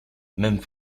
même